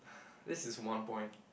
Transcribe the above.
this is one point